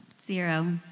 Zero